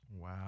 Wow